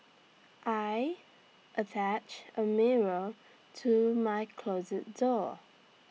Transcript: I attached A mirror to my closet door